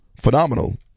phenomenal